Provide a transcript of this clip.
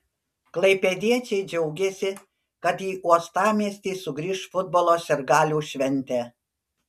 klaipėdiečiai džiaugėsi kad į uostamiestį sugrįš futbolo sirgalių šventė